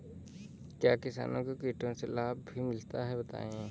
क्या किसानों को कीटों से लाभ भी मिलता है बताएँ?